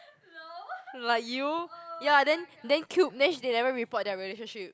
like you ya then then Cube then they never report their relationship